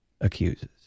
accuses